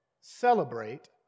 celebrate